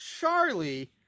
Charlie